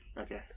Okay